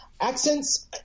Accents